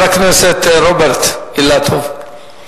חבר הכנסת רוברט אילטוב,